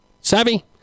Savvy